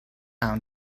own